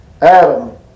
Adam